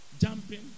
jumping